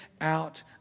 out